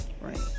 right